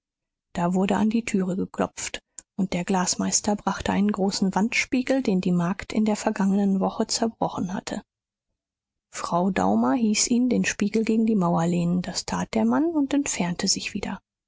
da wurde an die türe geklopft und der glasermeister brachte einen großen wandspiegel den die magd in der vergangenen woche zerbrochen hatte frau daumer hieß ihn den spiegel gegen die mauer lehnen das tat der mann und entfernte sich wieder